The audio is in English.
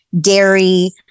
dairy